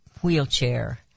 wheelchair